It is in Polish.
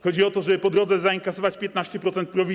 Chodzi o to, żeby po drodze zainkasować 15% prowizji.